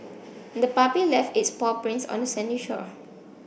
the puppy left its paw prints on the sandy shore